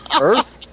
Earth